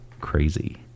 Crazy